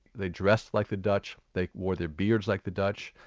they dressed like the dutch, they wore their beards like the dutch,